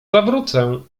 zawrócę